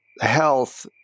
health